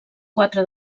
quatre